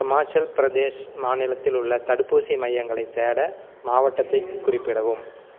இமாச்சல் பிரதேஷ் மாநிலத்தில் உள்ள தடுப்பூசி மையங்களைத் தேட மாவட்டத்தைக் குறிப்பிடவும்